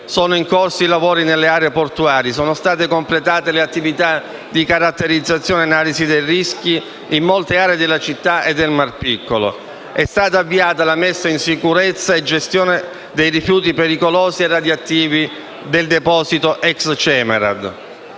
sono in corso i lavori relativi alle aree portuali e sono state completate le attività di caratterizzazione e di analisi dei rischi in molte aree della città e del Mar Piccolo. È stata avviata la messa in sicurezza e gestione dei rifiuti pericolosi e radioattivi nel deposito ex Cemerad.